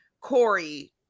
Corey